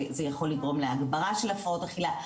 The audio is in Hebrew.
זה יכול לגרום להגברה של הפרעות אכילה,